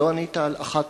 לא ענית על 1 ו-2.